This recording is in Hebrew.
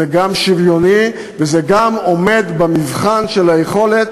זה גם שוויוני וזה גם עומד במבחן של היכולת